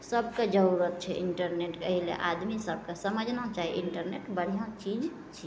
सभके जरूरत छै इन्टरनेटके एहिले आदमीसभकेँ समझना चाही इन्टरनेट बढ़िआँ चीज छै